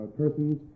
persons